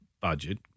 budget